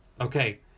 okay